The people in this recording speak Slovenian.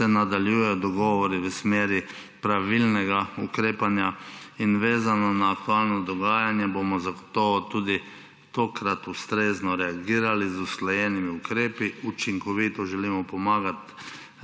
se nadaljuje dogovori v smeri pravilnega ukrepanja. Vezano na aktualno dogajanje bomo zato tudi tokrat ustrezno reagirali z usklajenimi ukrepi. Učinkovito želimo pomagati